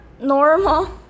normal